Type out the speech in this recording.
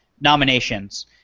nominations